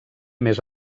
més